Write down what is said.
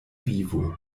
vivo